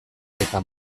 eta